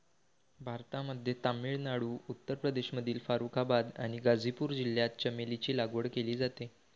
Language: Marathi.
भारतामध्ये तामिळनाडू, उत्तर प्रदेशमधील फारुखाबाद आणि गाझीपूर जिल्ह्यात चमेलीची लागवड केली जाते